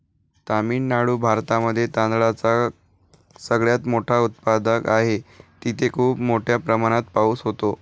तामिळनाडू भारतामध्ये तांदळाचा सगळ्यात मोठा उत्पादक आहे, तिथे खूप मोठ्या प्रमाणात पाऊस होतो